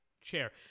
chair